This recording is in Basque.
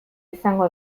izango